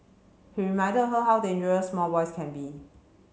he reminded her how dangerous small boys can be